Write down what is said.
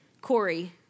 Corey